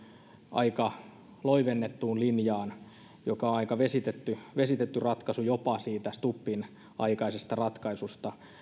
aika loivennettuun linjaan joka on aika vesitetty vesitetty ratkaisu jopa siitä stubbin aikaisesta ratkaisusta